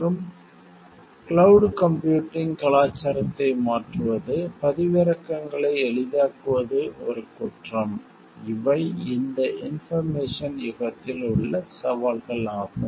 மற்றும் cloud computing கலாச்சாரத்தை மாற்றுவது பதிவிறக்கங்களை எளிதாக்குவது ஒரு குற்றம் இவை இந்த இன்போர்மேசன் யுகத்தில் உள்ள சவால்கள் ஆகும்